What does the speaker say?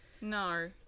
no